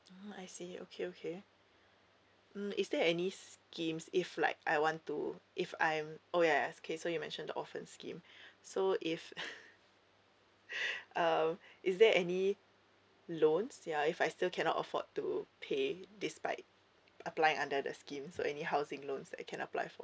I see okay okay mm is there any schemes if like I want to if I'm oh ya okay so you mentioned often scheme so if uh is there any loans ya if I still cannot afford to pay despite apply under the scheme so any housing loans I can apply for